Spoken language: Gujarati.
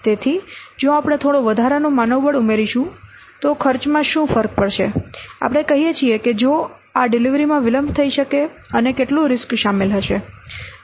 તેથી જો આપણે થોડો વધારાનો માનવબળ ઉમેરીશું તો ખર્ચમાં શું ફર્ક પડશે આપણે કહીએ છીએ કે જો આ ડિલિવરીમાં વિલંબ થઈ શકે અને કેટલું રીસ્ક શામેલ હશે